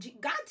God